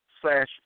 slash